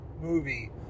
movie